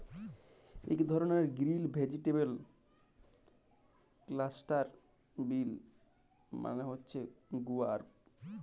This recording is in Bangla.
ইক ধরলের গ্রিল ভেজিটেবল ক্লাস্টার বিল মালে হছে গুয়ার